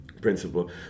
principle